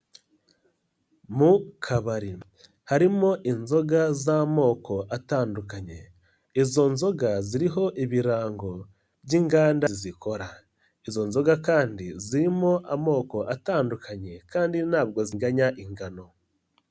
Mu kabari harimo inzoga z'amoko atandukanye, izo nzoga ziriho ibirango by'inganda zikora, izo nzoga kandi zirimo amoko atandukanye kandi ntabwo zinganya ingano.